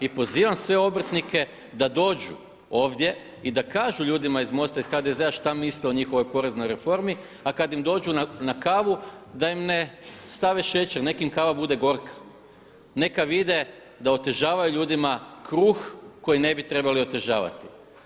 I pozivam sve obrtnike da dođu ovdje i da kažu ljudima iz MOST-a i HDZ-a šta misle o njihovoj poreznoj reformi a kada im dođu na kavu da im ne stave šećer, neka im kava bude gorka, neka vide da otežavaju ljudima kruh koji ne bi trebali otežavati.